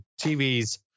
TVs